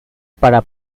para